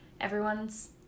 everyone's